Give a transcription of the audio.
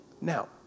Now